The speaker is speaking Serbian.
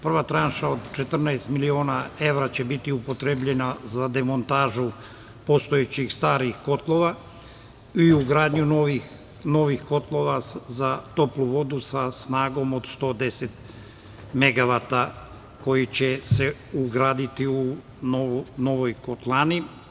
Prva tranša od 14 miliona evra će biti upotrebljena za demontažu postojećih starih kotlova i ugradnju novih kotlova za toplu vodu sa snagom od 110 megavata koji će se ugraditi u novoj kotlani.